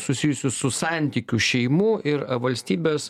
susijusių su santykių šeimų ir valstybės